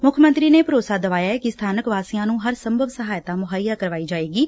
ਮੁੱਖ ਮੰਤਰੀ ਨੇ ਭਰੋਸਾ ਦਵਾਇਐ ਕਿ ਸਬਾਨਕ ਵਾਸੀਆਂ ਨੂੰ ਹਰ ਸੰਭਵ ਸਹਾਇਤਾ ਮੁੱਹਈਆ ਕਰਵਾਈ ਜਾਵੇਗੀ